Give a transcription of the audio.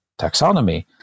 taxonomy